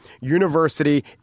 University